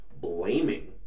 blaming